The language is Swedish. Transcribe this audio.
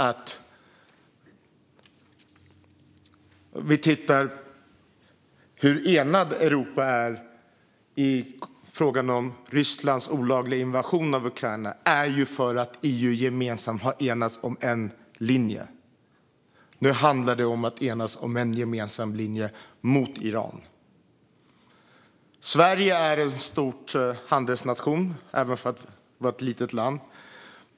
Men EU:s enighet när det gäller Rysslands olagliga invasion mot Ukraina har gett en gemensam linje. Nu gäller det att enas om en gemensam linje mot Iran. Sverige är ett litet land men en stor handelsnation.